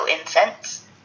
incense